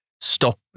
stop